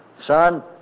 Son